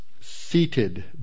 seated